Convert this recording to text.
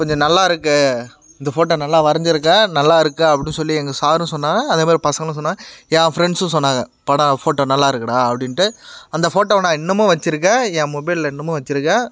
கொஞ்சம் நல்லா இருக்கு இந்த ஃபோட்டோ நல்லா வரைஞ்சிருக்கேன் நல்லா இருக்குது அப்படின்னு சொல்லி எங்கள் சாரும் சொன்னாங்க அதே மாதிரி பசங்களும் சொன்னாங்க என் ஃப்ரெண்ட்ஸும் சொன்னாங்க படம் ஃபோட்டோ நல்லா இருக்குடா அப்படின்ட்டு அந்த ஃபோட்டோவை நான் இன்னும் வைச்சிருக்கேன் என் மொபைலில் இன்னுமும் வைச்சிருக்கேன்